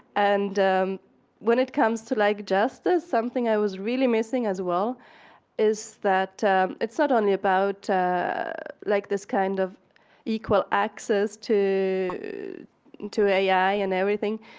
and when it comes to like justice, something i was really missing as well is that it's not only about like kind of equal access to to ai and everything.